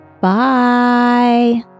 Bye